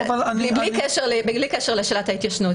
אבל מבלי קשר לשאלת ההתיישנות,